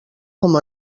com